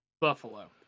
Buffalo